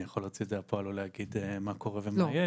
אני יכול להוציא את זה לפועל או להגיד מה קורה ומה יש.